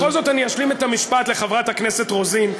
בכל זאת אני אשלים את המשפט לחברת הכנסת רוזין.